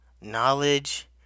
knowledge